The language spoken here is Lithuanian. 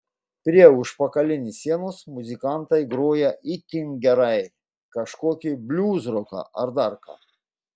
prie užpakalinės sienos muzikantai groja itin gerai kažkokį bliuzroką ar dar ką